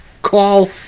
call